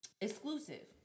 exclusive